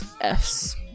F's